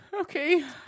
Okay